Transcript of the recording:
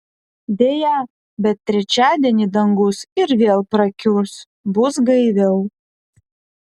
deja bet trečiadienį dangus ir vėl prakiurs bus gaiviau